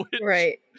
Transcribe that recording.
right